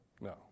No